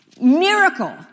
miracle